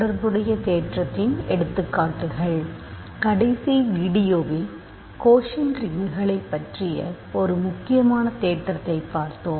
தொடர்புடைய தேற்றத்தின் எடுத்துக்காட்டுகள் கடைசி வீடியோவில் கோஷன்ட் ரிங்குகளை பற்றிய ஒரு முக்கியமான தேற்றத்தைப் பார்த்தோம்